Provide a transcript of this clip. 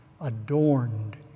adorned